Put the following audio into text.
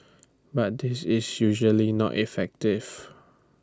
but this is usually not effective